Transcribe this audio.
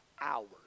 hours